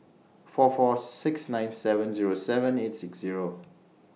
four four six nine seven Zero seven eight six Zero